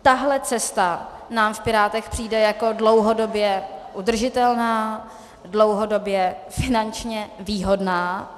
Tahle cesta nám v Pirátech přijde jako dlouhodobě udržitelná, dlouhodobě finančně výhodná.